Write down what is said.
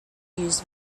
use